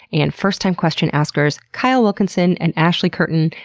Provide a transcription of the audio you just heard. and first-time question askers kyle wilkinson, and ashley curtin,